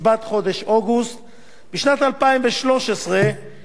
בשנת 2013 שני-שלישים נוספים מהתוספות.